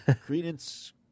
Credence